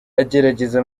agerageza